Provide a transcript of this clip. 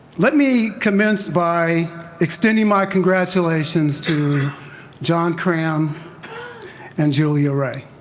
let me commence by extending my congratulations to john cram and julia ray.